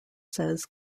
says